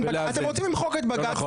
אתם רוצים למחוק את בג"צץ לא נכון.